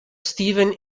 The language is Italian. steven